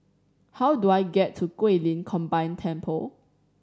how do I get to Guilin Combined Temple